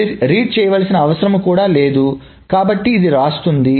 ఇది రీడ్ చేయాల్సిన అవసరం కూడా లేదు కాబట్టి ఇది వ్రాస్తుంది